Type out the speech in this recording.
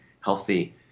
healthy